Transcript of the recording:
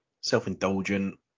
self-indulgent